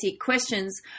questions